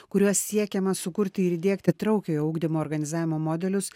kuriuo siekiama sukurti ir įdiegti įtraukiojo ugdymo organizavimo modelius